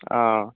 ആ